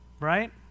Right